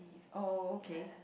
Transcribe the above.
oh okay